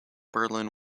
berlin